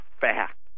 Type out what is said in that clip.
fact